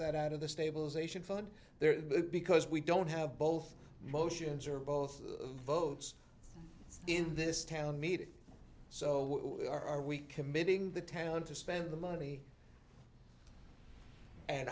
that out of the stabilization fund there because we don't have both motions or both votes in this town meeting so are we committing the town to spend the money and